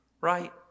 right